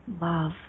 love